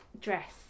dress